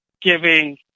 giving